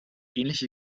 ähnliche